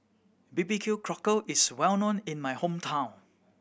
B B Q Cockle is well known in my hometown